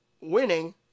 Winning